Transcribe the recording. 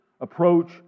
approach